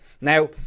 Now